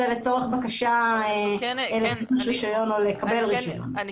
לצורך בקשה לקבל רישיון או לחידוש רישיון.